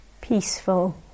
Peaceful